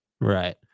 Right